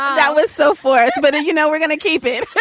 that was so forth. but and, you know, we're gonna keep it